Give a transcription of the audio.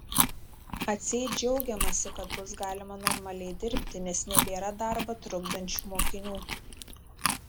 atseit džiaugiamasi kad bus galima normaliai dirbti nes nebėra darbą trukdančių mokinių